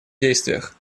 действиях